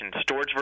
storage